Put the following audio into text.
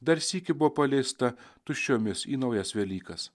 dar sykį buvo paleista tuščiomis į naujas velykas